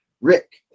Rick